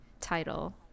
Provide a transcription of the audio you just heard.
title